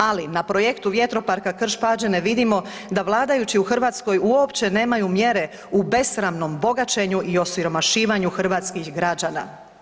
Ali na projektu Vjetroparka Krš-Pađene vidimo da vladajući u Hrvatskoj nemaju mjere u besramnom bogaćenju i osiromašivanju hrvatskih građana.